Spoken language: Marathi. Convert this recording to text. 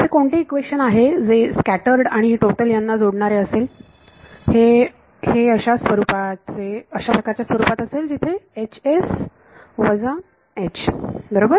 असे कोणते इक्वेशन आहे जे स्कॅटर्ड आणि टोटल यांना जोडणारे असेल हे हे अशा प्रकारच्या स्वरूपात असेल जिथे H S वजा H बरोबर